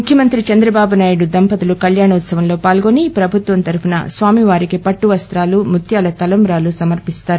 ముఖ్యమంత్రి చంద్ర బాబునాయుడు దంపతులు కళ్యాణోత్సవంలో పాల్గొని ప్రభుత్వం తరపున స్వామివారికి పట్టువస్రాలు ముత్యాల తలంబ్రాలు సమర్పిస్తారు